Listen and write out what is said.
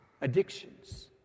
addictions